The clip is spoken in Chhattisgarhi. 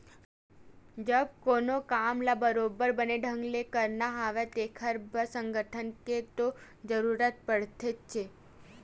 जब कोनो काम ल बरोबर बने ढंग ले करना हवय तेखर बर संगठन के तो जरुरत पड़थेचे